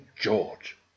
George